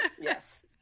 Yes